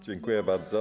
Dziękuję bardzo.